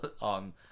on